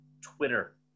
Twitter